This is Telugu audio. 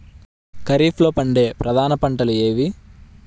ఖరీఫ్లో పండే ప్రధాన పంటలు ఏవి?